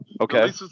okay